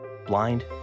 blind